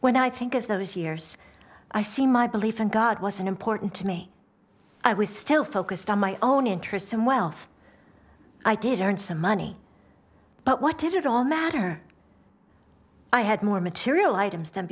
when i think of those years i see my belief in god was unimportant to me i was still focused on my own interests and wealth i did earn some money but what did it all matter i had more material items th